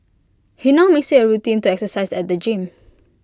he now makes IT A routine to exercise at the gym